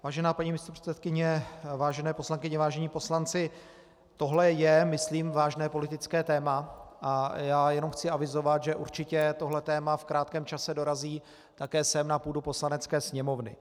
Vážená paní místopředsedkyně, vážené poslankyně, vážení poslanci, tohle je myslím vážné politické téma a chci jenom avizovat, že určitě tohle téma v krátkém čase dorazí také sem na půdu Poslanecké sněmovny.